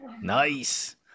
nice